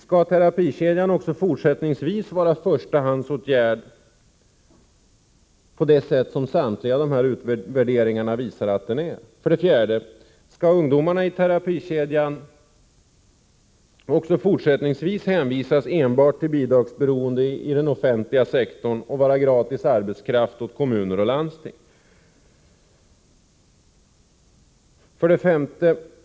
Skall terapikedjan även fortsättningsvis vara den förstahandsåtgärd som samtliga utvärderingar visar att den är? 4. Skall ungdomarna i terapikedjan även fortsättningsvis hänvisas enbart till bidragsberoende inom den offentliga sektorn och vara gratis arbetskraft åt kommuner och landsting? 5.